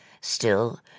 Still